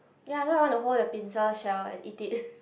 ya that's why I wanna hold the pincer shell and eat it